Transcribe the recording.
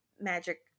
Magic